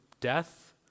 death